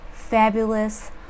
fabulous